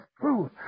truth